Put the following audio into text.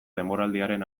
denboraldiaren